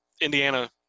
Indiana